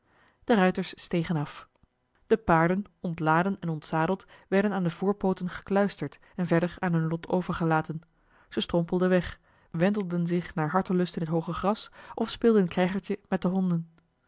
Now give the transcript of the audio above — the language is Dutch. de ruiters stegen af de paarden ontladen en ontzadeld werden aan de voorpooten gekluisterd en verder aan hun lot overgelaten ze strompelden weg wentelden zich naar hartelust in het hooge gras of speelden krijgertje met de honden